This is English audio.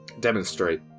Demonstrate